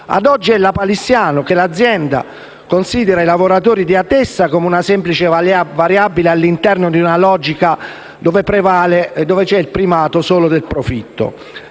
Ad oggi è lapalissiano che l'azienda considera i lavoratori di Atessa come una semplice variabile all'interno di una logica in cui vi è solo il primato del profitto.